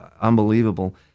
unbelievable